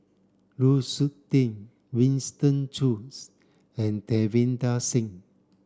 Lu Suitin Winston Choos and Davinder Singh